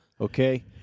okay